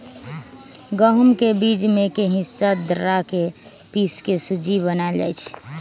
गहुम के बीच में के हिस्सा दर्रा से पिसके सुज्ज़ी बनाएल जाइ छइ